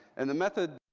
and the method